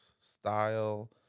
style